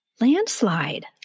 Landslide